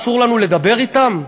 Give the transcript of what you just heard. אסור לנו לדבר אתם?